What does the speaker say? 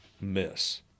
miss